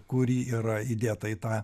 kuri yra įdėta į tą